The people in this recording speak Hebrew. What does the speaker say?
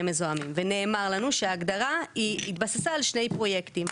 מזוהמים ונאמר לנו שההגדרה היא התבססה על שני פרויקטים.